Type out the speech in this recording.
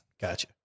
Gotcha